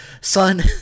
son